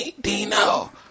Dino